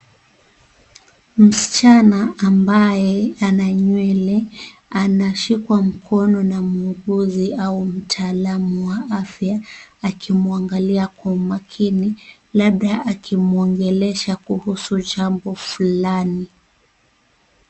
Msichana ambaye ana nywele anashikwa mkono na muuguzi au mtaalamu wa afya akimwangalia kwa umakini labda akimwongelesha kuhusu jambo fulani.